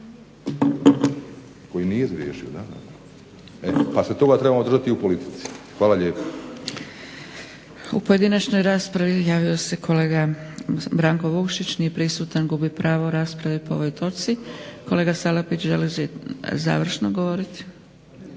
Koji nije zgriješio, da, pa se toga trebamo držati i u politici. Hvala lijepa. **Zgrebec, Dragica (SDP)** U pojedinačnoj raspravi javio se kolega Branko Vukšić. Nije prisutan, gubi pravo rasprave po ovoj točci. Kolega Salapić želite li završno govoriti?